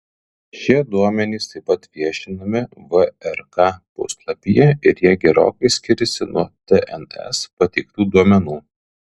šie duomenys taip pat viešinami vrk puslapyje ir jie gerokai skiriasi nuo tns pateiktų duomenų